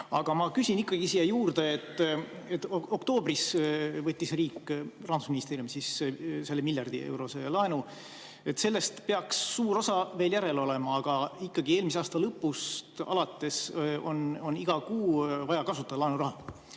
aga ma küsin ikkagi siia juurde. Oktoobris võttis riik, Rahandusministeerium siis, selle miljardieurose laenu. Sellest peaks suur osa veel järel olema, aga ikkagi eelmise aasta lõpust alates on iga kuu vaja kasutada laenuraha,